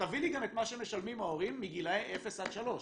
תביא לי גם את מה שמשלמים ההורים מגילאי אפס עד שלוש.